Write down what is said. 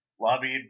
lobbied